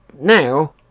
now